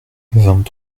vingt